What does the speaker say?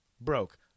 broke